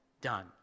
done